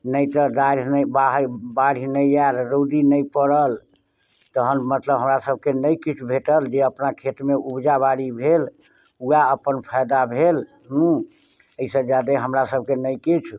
नहि तऽ बाढ़ि नहि आयल रौदी नहि पड़ल तखन मतलब हमरासभके नहि किछु भेटल जे अपना खेतमे उपजा बारी भेल उएह अपना फायदा भेल एहिसँ ज्यादे हमरासभके नहि किछु